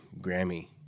Grammy